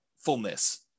fullness